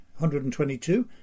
122